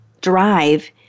drive